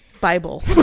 bible